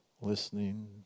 listening